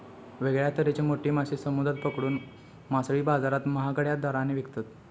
वेगळ्या तरेचे मोठे मासे समुद्रात पकडून मासळी बाजारात महागड्या दराने विकतत